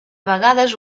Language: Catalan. vegades